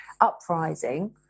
uprising